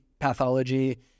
pathology